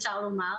אפשר לומר,